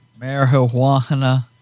Marijuana